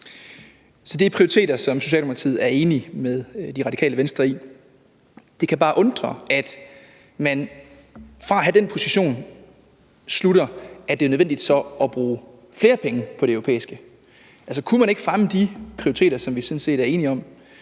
så det er prioriteter, som Socialdemokratiet er enig med Det Radikale Venstre i. Det kan bare undre, at man fra den position slutter, at det er nødvendigt så at bruge flere penge på det europæiske. Altså, kunne man ikke fremme de prioriteter, som vi sådan set er enige om,